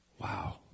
Wow